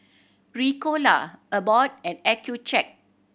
Ricola Abbott and Accucheck